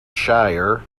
shire